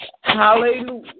Hallelujah